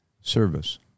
service